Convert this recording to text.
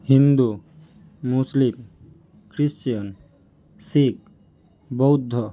Hindu Muslim Christian Sikh বৌদ্ধ